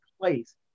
place